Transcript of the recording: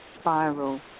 spiral